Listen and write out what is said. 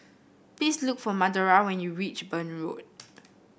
please look for Madora when you reach Burn Road